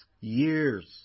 years